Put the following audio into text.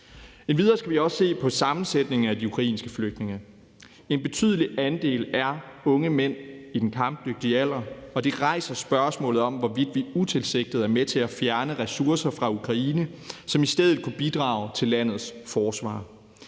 Endvidere skal vi også se på sammensætningen af de ukrainske flygtninge. En betydelig andel er unge mænd i den kampdygtige alder, og det rejser spørgsmålet om, hvorvidt vi utilsigtet er med til at fjerne ressourcer fra Ukraine, som i stedet kunne bidrage til landets forsvar.